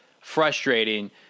frustrating